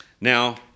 Now